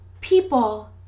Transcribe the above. people